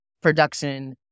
production